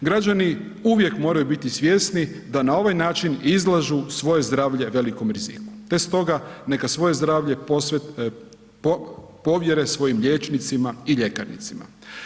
Građani uvijek moraju biti svjesni da na ovaj način izlažu svoje zdravlje velikom riziku te stoga neka svoje zdravlje povjere svojim liječnicima i ljekarnicima.